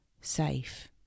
safe